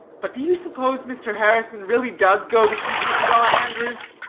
but do you suppose mr. harrison really does go to see isabella andrews?